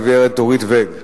הגברת דורית ואג,